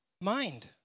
Mind